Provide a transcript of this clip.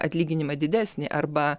atlyginimą didesnį arba